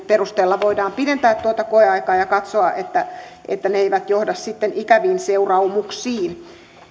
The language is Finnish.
perusteella voidaan pidentää tuota koeaikaa ja katsoa että että ne eivät johda sitten ikäviin seuraamuksiin